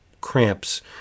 Cramps